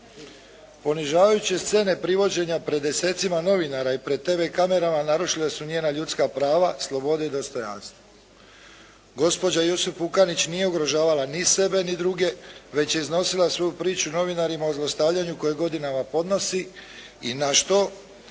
Ponižavajuće scene privođenja pred desecima novinara i pred TV kamerama narušile su njena ljudska prava, slobodu i dostojanstvo. Gospođa Jusup Pukanić nije ugrožavala ni sebe ni druge već je iznosila svoju priču novinarima o zlostavljanju koje godinama podnosi i na što